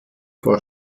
vor